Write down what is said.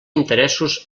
interessos